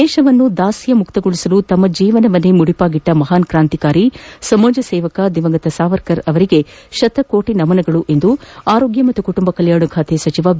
ದೇಶವನ್ನು ದಾಸ್ಯಮುಕ್ತಗೊಳಿಸಲು ತಮ್ಮ ಜೀವನವನ್ನೇ ಮುಡಿಪಾಗಿಟ್ಟ ಮಹಾನ್ ಕ್ರಾಂತಿಕಾರಿ ಸಮಾಜ ಸೇವಕ ದಿವಂಗತ ಸಾವರ್ಕರ್ ಅವರಿಗೆ ಶತಕೋಟಿ ನಮನಗಳು ಎಂದು ಆರೋಗ್ಯ ಮತ್ತು ಕುಟುಂಬ ಕಲ್ಯಾಣ ಖಾತೆ ಸಚಿವ ಬಿ